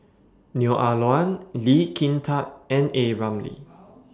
Neo Ah Luan Lee Kin Tat and A Ramli